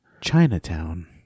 chinatown